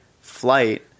flight